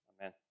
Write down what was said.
Amen